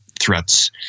threats